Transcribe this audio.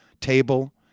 table